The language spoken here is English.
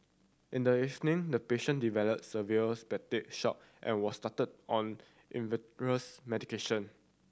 in the evening the patient developed severe septic shock and was started on medication